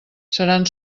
seran